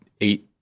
eight